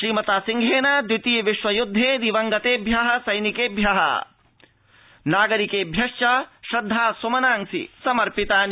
श्रीमता सिंहेन द्वितीय विश्वयुद्वे दिवंगतेभ्यः सैनिकेभ्यः नागरिकेभ्यः च श्रद्धासुमनांसि समर्पितानि